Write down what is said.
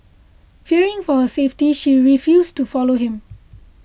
fearing for her safety she refused to follow him